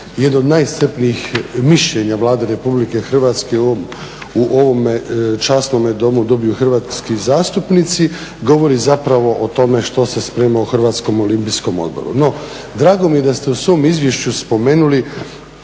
jedno od najiscrpnijih mišljenja Vlade RH u ovome časnome Domu dobiju hrvatski zastupnici govori zapravo o tome što se sprema u Hrvatskom olimpijskom odboru. No drago mi je da ste u svom izvješću spomenuli